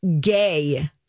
gay